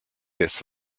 des